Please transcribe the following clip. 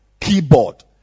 keyboard